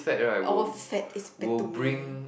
all fat is bad to me